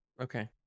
Okay